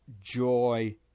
joy